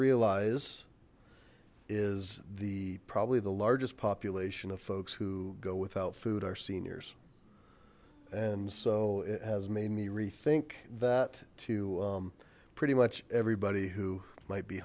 realize is the probably the largest population of folks who go without food are seniors and so it has made me rethink that to pretty much everybody who might be